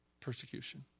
persecution